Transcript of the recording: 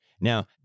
Now